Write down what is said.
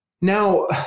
Now